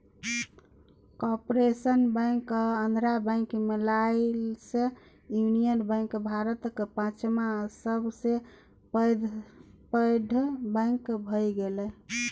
corporation Bank आ Andhra Bank मिललासँ Union Bank भारतक पाँचम सबसँ पैघ बैंक भए गेलै